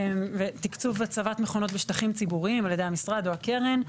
ותקצוב הצבת מכונות בשטחים ציבוריים על ידי המשרד או הקרן.